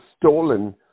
stolen